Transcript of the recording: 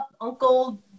uncle